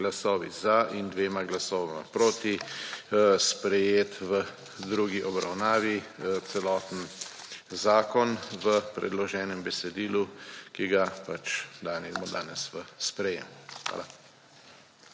glasovi za in 2 glasova proti sprejet v drugi obravnavi celoten zakon v predloženem besedilu, ki ga dajem danes v sprejem. Hvala.